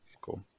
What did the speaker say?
Cool